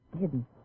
hidden